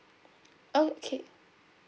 okay